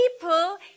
people